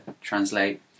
translate